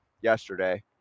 yesterday